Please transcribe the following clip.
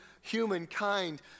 humankind